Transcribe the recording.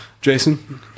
Jason